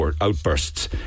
outbursts